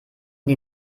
die